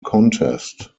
contest